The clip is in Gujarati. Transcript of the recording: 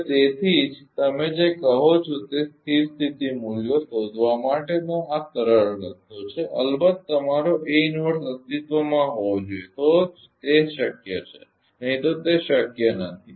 હવે તેથી જ તમે જે કહો છો તે સ્થિર સ્થિતી મૂલ્ય શોધવા માટેનો આ સરળ રસ્તો છે અલબત્ત તમારો અસ્તિત્વમાં હોવો જોઈએ તો જ તે શક્ય છે નહીં તો તે શક્ય નથી